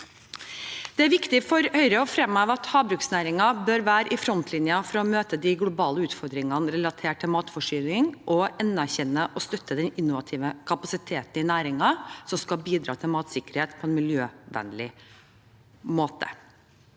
Det er viktig for Høyre å fremheve at havbruksnæringen bør være i frontlinjen for å møte de globale utfordringene relatert til matforsyning, og vi anerkjenner og støtter den innovative kapasiteten i næringen som skal bidra til matsikkerhet på en miljøvennlig måte.